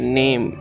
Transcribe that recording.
name